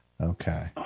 Okay